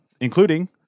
including